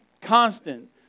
constant